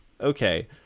okay